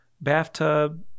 bathtub